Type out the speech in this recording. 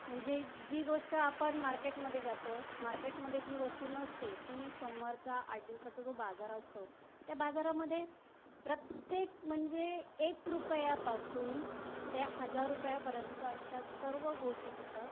म्हणजे जी गोष्ट आपण मार्केटमध्ये जातो मार्केटमध्ये जी वस्तू नसते ती सोमवारचा आठ दिवसाचा जो बाजार असतो त्या बाजारामध्ये प्रत्येक म्हणजे एक रुपयापासून ते हजार रुपयापर्यंत अशा सर्व गोष्टी तिथं